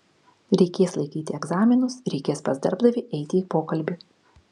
reikės laikyti egzaminus reikės pas darbdavį eiti į pokalbį